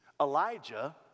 Elijah